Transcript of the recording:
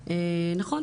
נכון,